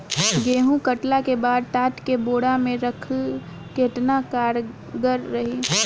गेंहू कटला के बाद तात के बोरा मे राखल केतना कारगर रही?